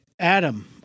Adam